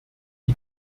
die